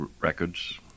Records